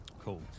Cool